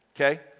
okay